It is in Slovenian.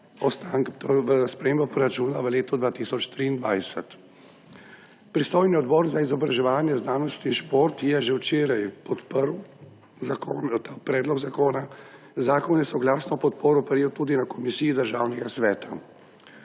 oziroma s spremembo proračuna v letu 2023. Pristojni odbor za izobraževanje, znanost in šport je že včeraj podprl ta predlog zakona. Zakon je soglasno podporo prejel tudi na Komisiji Državnega sveta.